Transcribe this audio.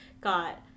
got